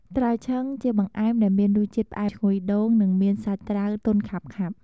ត្រាវឆឹង ជាបង្អែមដែលមានរសជាតិផ្អែម ឈ្ងុយដូង និងមានសាច់ត្រាវទន់ខាប់ៗ។